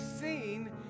seen